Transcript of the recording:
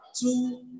Two